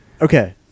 Okay